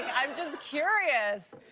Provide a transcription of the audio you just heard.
i'm just curious.